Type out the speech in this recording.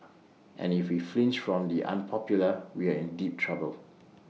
and if we flinch from the unpopular we are in deep trouble